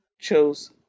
chose